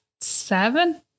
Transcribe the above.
seven